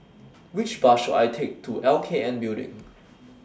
Which Bus should I Take to L K N Building